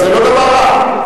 זה לא דבר רע.